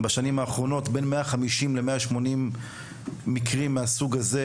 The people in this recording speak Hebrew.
בשנים האחרונות קרו בין 150 ל-180 מקרים מהסוג הזה,